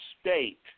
state